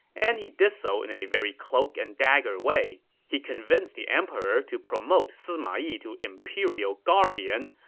and he did so in a very cloak-and-dagger way. he convinced the emperor to promote sima yi to imperial guardian,